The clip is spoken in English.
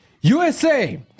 USA